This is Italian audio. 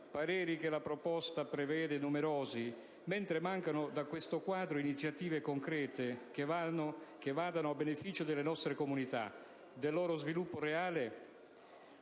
pareri, che la proposta stessa prevede numerosi, mentre mancano da questo quadro iniziative concrete che vadano a beneficio delle nostre comunità, del loro sviluppo reale,